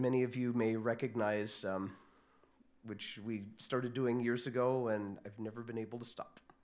many of you may recognize which we started doing years ago and i've never been able to stop